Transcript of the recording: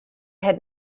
had